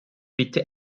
bitte